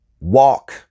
walk